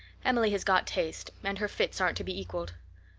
emily has got taste, and her fits aren't to be equaled.